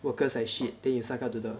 workers like shit then you suck up to the